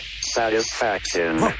satisfaction